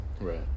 right